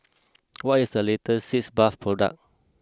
what is the latest Sitz bath product